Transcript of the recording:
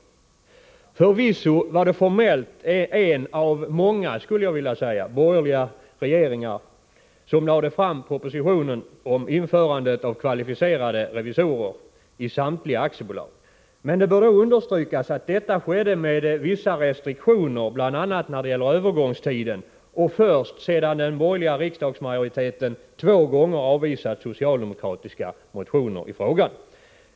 Förvisso var det formellt en, av de många borgerliga regeringarna som lade fram propositionen om införande av kvalificerade revisorer i samtliga aktiebolag. Men det bör då understrykas att detta skedde med vissa restriktioner, bl.a. när det gäller övergångstiden, och först sedan den borgerliga riksdagsmajoriteten två gånger avvisat socialdemokratiska motioner i frågan.